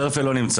היותר יפה לא נמצא.